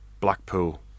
Blackpool